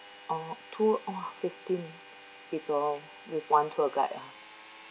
oh two !wah! fifteen people with one tour guide ah